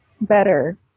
better